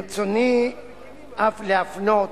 ברצוני אף להפנות